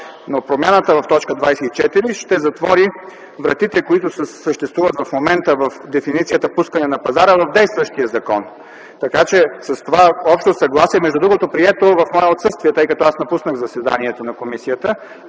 Промяната в т. 24 ще затвори вратите, които съществуват в момента в дефиницията „пускане на пазара” в действащия закон. Това общо съгласие е прието в мое отсъствие, тъй като аз напуснах заседанието на комисията.